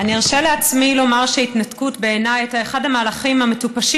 אני ארשה לעצמי לומר שההתנתקות בעיניי הייתה אחד המהלכים המטופשים